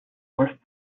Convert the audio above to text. worth